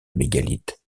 mégalithes